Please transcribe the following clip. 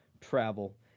travel